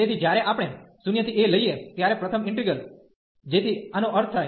તેથી જ્યારે આપણે 0 થી a લઈએ ત્યારે પ્રથમ ઈન્ટિગ્રલ જેથી આનો અર્થ થાય